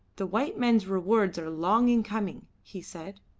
the white men's rewards are long in coming, he said.